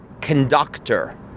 conductor